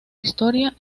historia